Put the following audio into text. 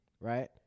right